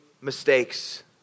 mistakes